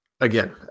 again